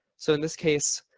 so in this case,